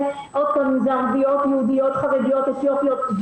עוד פעם עם זה ערביות יהודיות חרדיות או אתיופיות,